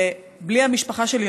בלי המשפחה שלי,